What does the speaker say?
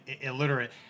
illiterate